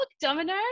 Domino